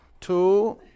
two